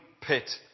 pit